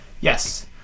Yes